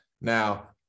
Now